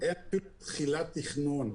ואין אפילו תחילת תכנון.